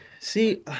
See